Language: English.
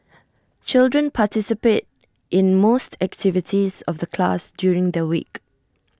children participate in most activities of the class during the week